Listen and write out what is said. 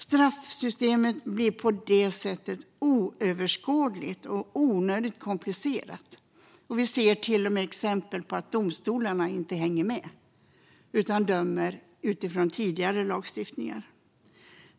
Straffsystemet blir på det sättet oöverskådligt och onödigt komplicerat, och vi ser till och med exempel på att domstolarna inte hänger med utan dömer utifrån tidigare lagstiftningar.